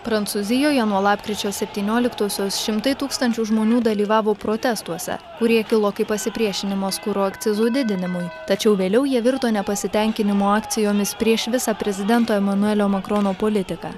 prancūzijoje nuo lapkričio septynioliktosios šimtai tūkstančių žmonių dalyvavo protestuose kurie kilo kaip pasipriešinimas kuro akcizų didinimui tačiau vėliau jie virto nepasitenkinimo akcijomis prieš visą prezidento emanuelio makrono politiką